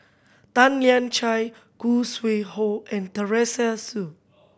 Tan Lian Chye Khoo Sui Hoe and Teresa Hsu